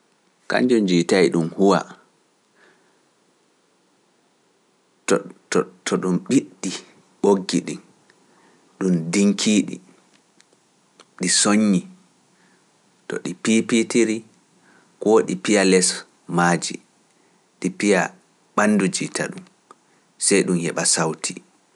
Kanjun jita e ɗum huwa, to ɗum ɓiɗɗi ɓoggi ɗin, ɗum ndinki ɗi, ɗi soññi, to ɗi piipitiri, koo ɗi piya les maaji, ɗi piya ɓanndu jita ɗum, sey ɗum yeeɓa sawti.